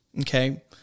okay